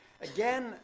again